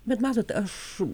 bet matot aš